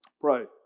pray